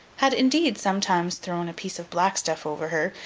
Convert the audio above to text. had indeed sometimes thrown a piece of black stuff over her,